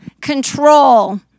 control